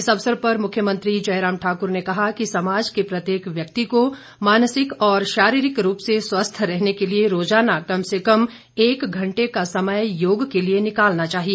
इस अवसर पर मुख्यमंत्री जयराम ठाकुर ने कहा कि समाज के प्रत्येक व्यक्ति को मानसिक और शारीरिक रूप से स्वस्थ रहने के लिए रोजाना कम से कम एक घंटे का समय योग के लिए निकालना चाहिए